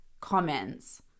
comments